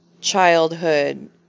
Childhood